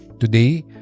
Today